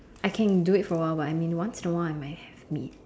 I can do it for a while but I mean once in a while I might have meat